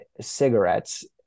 cigarettes